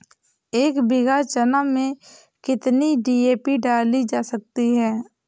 एक बीघा चना में कितनी डी.ए.पी डाली जा सकती है?